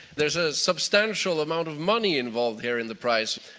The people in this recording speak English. there's a substantial amount of money involved here in the prize.